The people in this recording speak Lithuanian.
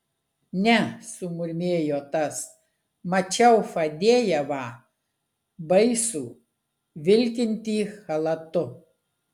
ne sumurmėjo tas mačiau fadejevą baisų vilkintį chalatu